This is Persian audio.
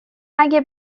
اگه